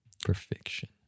Perfection